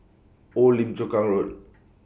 Old Lim Chu Kang Road